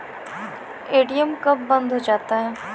ATM कब बंद हो जाता हैं?